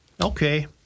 Okay